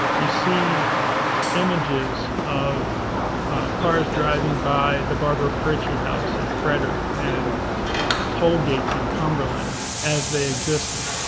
you see images of cars driving by the barbara fritchie house in frederick and toll gates in cumberland as they existed.